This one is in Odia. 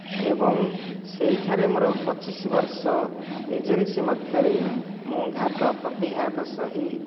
ଏବଂ ସେହିଠାରେ ମୋର ପଚିଶ ଵର୍ଷ ଏଜେନ୍ସି ମଧ୍ୟରେ ମୁଁ ଘାତ ପ୍ରତିଘାତ ସହି